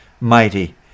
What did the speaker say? mighty